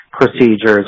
procedures